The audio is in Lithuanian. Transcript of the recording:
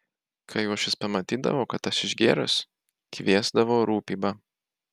kai uošvis pamatydavo kad aš išgėrus kviesdavo rūpybą